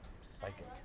psychic